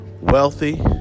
wealthy